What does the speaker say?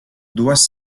dues